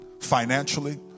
financially